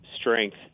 strength